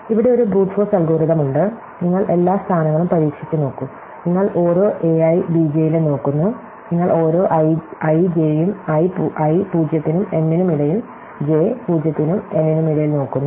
ഇവിടെ ഒരു brute force algorithm ഉണ്ട് നിങ്ങൾ എല്ലാ സ്ഥാനങ്ങളും പരീക്ഷിച്ചുനോക്കൂ നിങ്ങൾ ഓരോ a i b j ലും നോക്കുന്നു നിങ്ങൾ ഓരോ i j ഉം i 0 നും m നും ഇടയിൽ j 0 നും n നും ഇടയിൽ നോക്കുന്നു